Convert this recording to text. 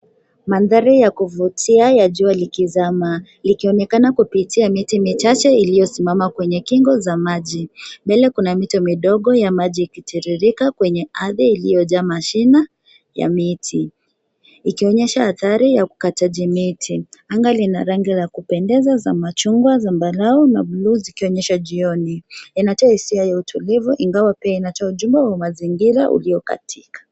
Mandhari ya kuvutia ya jua, likizama likionekana kupitia miti michache inayopita kwenye kingo za maji. Mbele kuna mito midogo ya maji ikitiririka kwenye ardhi iliyojaa mashina ya miti ikionyesha adhari ya ukataji miti. Anga lina rangi la kupendeza za machungwa, zambarau na bluu zikionyesha jioni. Yanatoa hisia ya utulivu ingawa pia inatoa ujumbe wa mazingira uliokatika.